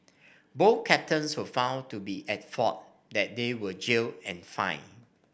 both captains were found to be at fault that they were jailed and fined